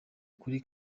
kuri